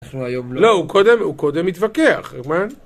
לא הוא קודם, הוא קודם התווכח.